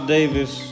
Davis